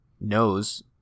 knows